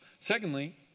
Secondly